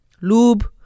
lube